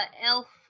elf